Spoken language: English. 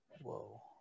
Whoa